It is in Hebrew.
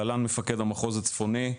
להלן מפקד המחוז הצפוני.